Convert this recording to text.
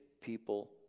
people